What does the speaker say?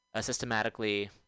systematically